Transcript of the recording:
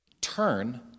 Turn